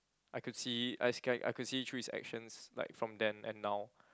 I could see I I could see through his actions like from then and now